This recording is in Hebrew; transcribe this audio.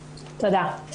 תודה.